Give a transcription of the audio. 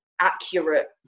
accurate